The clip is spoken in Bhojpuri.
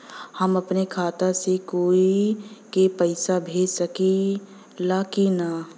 हम अपने खाता से कोई के पैसा भेज सकी ला की ना?